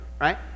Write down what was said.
right